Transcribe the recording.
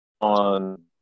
on